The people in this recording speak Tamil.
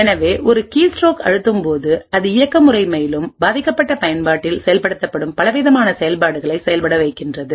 எனவே ஒரு கீஸ்ட்ரோக் அழுத்தும் போது அது இயக்க முறைமையிலும் பாதிக்கப்பட்ட பயன்பாட்டில் செயல்படுத்தப்படும் பலவிதமான செயல்பாடுகளை செயல்பட வைக்கின்றது